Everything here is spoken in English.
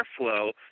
airflow